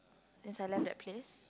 this I like that place